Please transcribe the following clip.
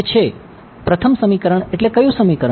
પ્રથમ સમીકરણ એટલે કયું સમીકરણ